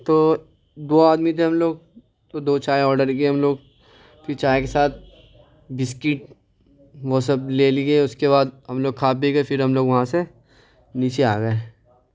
تو دو آدمی تھے ہم لوگ تو دو چائے آرڈر کیے ہم لوگ پھر چائے کے ساتھ بسکٹ وہ سب لے لیے اس کے بعد ہم لوگ کھا پی کے پھر ہم لوگ وہاں سے نیچے آ گئے